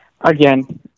again